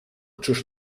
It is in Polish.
czyż